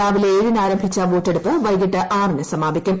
രാവിലെ ഏഴിന് ആരംഭിച്ചു വോട്ടെടുപ്പ് വൈകിട്ട് ആറിന് സമാപിക്കും